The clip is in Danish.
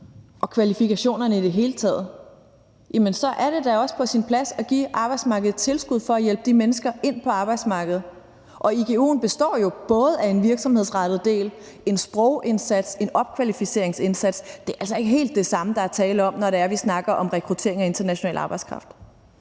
og kvalifikationerne i det hele taget, og så er det da også på sin plads at give arbejdsmarkedet et tilskud for at hjælpe de mennesker ind på arbejdsmarkedet, og igu'en består jo både af en virksomhedsrettet del, en sprogindsats og en opkvalificeringsindsats. Det er altså ikke helt det samme, der er tale om, når vi snakker om rekruttering af international arbejdskraft.